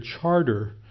charter